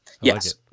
yes